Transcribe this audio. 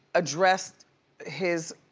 addressed his.